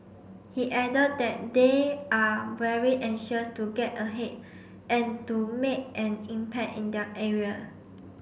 he added that they are very anxious to get ahead and to make an impact in their area